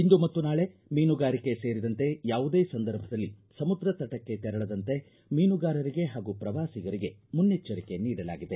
ಇಂದು ಮತ್ತು ನಾಳೆ ಮೀನುಗಾರಿಕೆ ಸೇರಿದಂತೆ ಯಾವುದೇ ಸಂದರ್ಭದಲ್ಲಿ ಸಮುದ್ರ ತಟಕ್ಕೆ ತೆರಳದಂತೆ ಮೀನುಗಾರರಿಗೆ ಹಾಗೂ ಪ್ರವಾಸಿಗರಿಗೆ ಮುನ್ನೆಚ್ಚರಿಕೆ ನೀಡಲಾಗಿದೆ